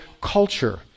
culture